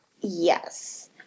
yes